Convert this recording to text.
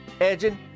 edging